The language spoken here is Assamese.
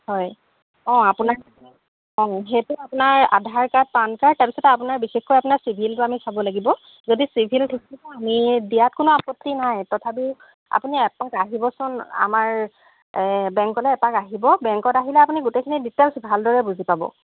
হয় অঁ আপোনাৰ অ' সেইটো আপোনাৰ আধাৰ কাৰ্ড পান কাৰ্ড তাৰপিছত আপোনাৰ বিশেষকৈ আপোনাৰ চিবিলটো আমি চাব লাগিব যদি চিবিল ঠিক থাকে আমি দিয়াত কোনো আপত্তি নাই তথাপিও আপুনি এপাক আহিবচোন আমাৰ বেংকলৈ এপাক আহিব বেংকত আহিলে আপুনি গোটেইখিনি ডিটেইলছ ভালদৰে বুজি পাব